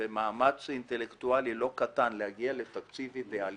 ובמאמץ אינטלקטואלי לא קטן כדי להגיע לתקציב אידיאלי,